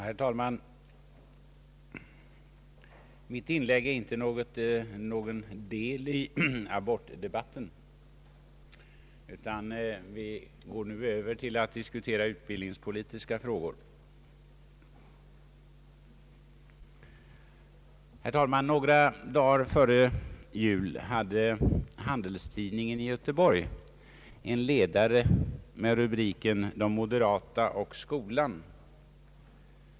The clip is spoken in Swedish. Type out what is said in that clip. Herr talman! Mitt inlägg är inte någon del i abortdebatten, utan vi går nu över till att diskutera utbildningspolitiska frågor. Några dagar före jul hade Handelstidningen i Göteborg en ledare med rubriken De moderata och skolan.